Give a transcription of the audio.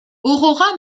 aurora